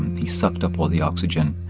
he sucked up all the oxygen,